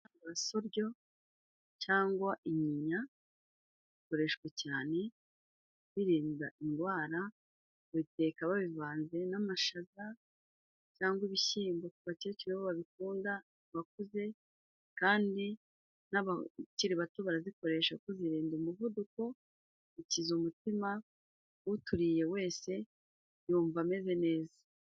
Intafarasosoryo cyangwa inyinya bikoreshwa cyane birinda indwara babiteka babivanze n'amashaza cyangwa ibishyimbo ku bakecuru bo babikunda bakuze kandi n'abakiri bato barazikoresha kuzo zirinda umuvuduko, ukiza umutima, uturiye wese yumva ameze neza.